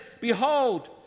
Behold